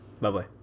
Lovely